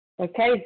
Okay